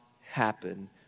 happen